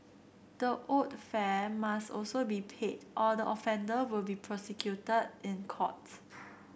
the owed fare must also be paid or the offender will be prosecuted in court